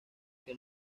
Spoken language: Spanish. que